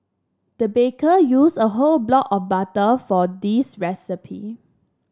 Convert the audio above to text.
the baker used a whole block of butter for this recipe